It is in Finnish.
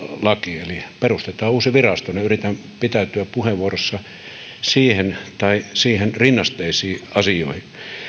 laki eli perustetaan uusi virasto minä yritän pitäytyä puheenvuorossani siinä tai siihen rinnasteisissa asioissa